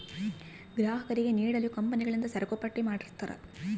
ಗ್ರಾಹಕರಿಗೆ ನೀಡಲು ಕಂಪನಿಗಳಿಂದ ಸರಕುಪಟ್ಟಿ ಮಾಡಿರ್ತರಾ